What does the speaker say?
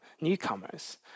newcomers